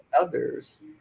others